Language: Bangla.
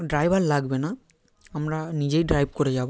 ড্রাইভার লাগবে না আমরা নিজেই ড্রাইভ করে যাবো